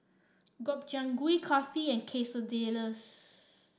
Gobchang Gui Kulfi and Quesadillas